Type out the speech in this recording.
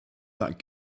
that